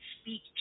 speak